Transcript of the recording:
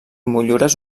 motllures